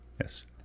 Yes